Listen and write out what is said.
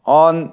on